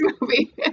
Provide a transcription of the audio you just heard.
movie